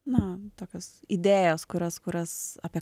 na tokias idėjas kurias kurias apie